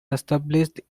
established